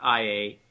IA